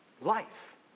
life